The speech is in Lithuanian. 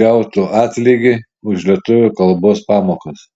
gautų atlygį už lietuvių kalbos pamokas